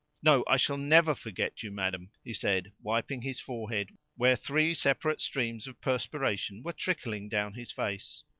no, i shall never forget you, madam! he said, wiping his forehead, where three separate streams of perspiration were trickling down his face.